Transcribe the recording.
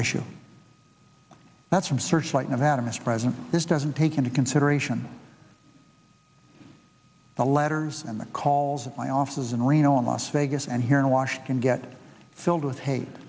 issue that's from searchlight nevada mr president this doesn't take into consideration the letters and the calls of my offices in reno on las vegas and here in washington get filled with hate